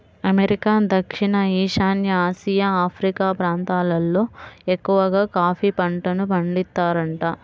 America, దక్షిణ ఈశాన్య Asia, Africa ప్రాంతాలల్లో ఎక్కవగా కాఫీ పంటను పండిత్తారంట